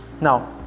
Now